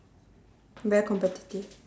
very competitive